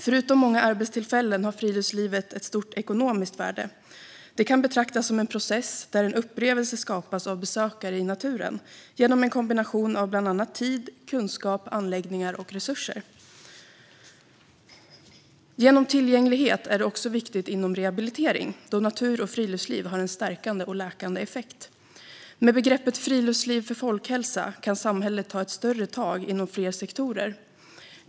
Förutom många arbetstillfällen har friluftslivet ett stort ekonomiskt värde. Det kan betraktas som en process där en upplevelse skapas av besökare i naturen genom en kombination av bland annat tid, kunskap, anläggningar och resurser. Tillgänglighet är också viktigt inom rehabilitering, då natur och friluftsliv har en stärkande och läkande effekt. Med begreppet "friluftsliv för folkhälsa" kan samhället ta ett större tag inom fler sektorer.